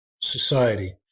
society